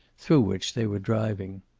through which they were driving.